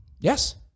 Yes